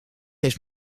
heeft